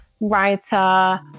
writer